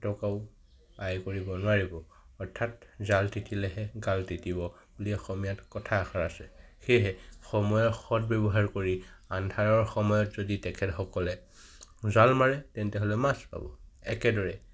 এটকাও আয় কৰিব নোৱাৰিব অৰ্থাৎ জাল তিতিলেহে গাল তিতিব বুলি অসমীয়াত কথা এষাৰ আছে সেয়েহে সময়ৰ সৎ ব্যৱহাৰ কৰি আন্ধাৰৰ সময়ত যদি তেখেতসকলে জাল মাৰে তেন্তেহ'লে মাছ পাব একেদৰে